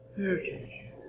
Okay